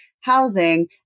housing